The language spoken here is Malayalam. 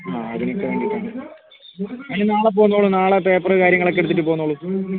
ആ അതിനൊക്കെ വേണ്ടീട്ടാണ് നിങ്ങൾ നാളെ പോന്നോളൂ നാളെ പേപ്പറ് കാര്യങ്ങളൊക്കെ എടുത്തിട്ട് പോന്നോളൂ